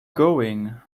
going